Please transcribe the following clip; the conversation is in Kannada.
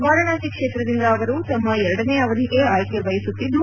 ವಾರಾಣಸಿ ಕ್ಷೇತ್ರದಿಂದ ಅವರು ತಮ್ಮ ಎರಡನೇ ಅವಧಿಗೆ ಆಯ್ಲೆ ಬಯಸುತ್ತಿದ್ದು